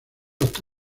hasta